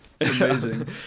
amazing